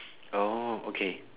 oh okay